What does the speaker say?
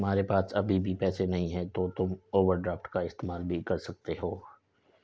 तुम्हारे पास अभी पैसे नहीं है तो तुम ओवरड्राफ्ट का इस्तेमाल भी कर सकते हो